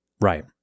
Right